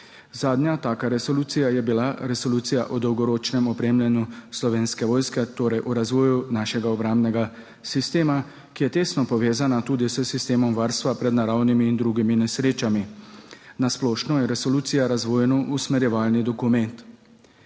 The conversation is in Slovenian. Zadnja taka resolucija je bila resolucija o dolgoročnem opremljanju slovenske vojske, torej o razvoju našega obrambnega sistema, ki je tesno povezana tudi s sistemom varstva pred naravnimi in drugimi nesrečami. Na splošno je resolucija razvojno-usmerjevalni dokument.